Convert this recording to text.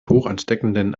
hochansteckenden